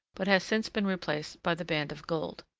but has since been replaced by the band of gold.